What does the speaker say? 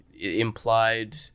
implied